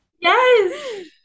Yes